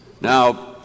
Now